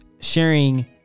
sharing